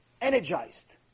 energized